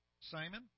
Simon